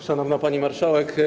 Szanowna Pani Marszałek!